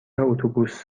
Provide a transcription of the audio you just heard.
اتوبوس